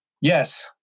Yes